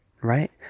right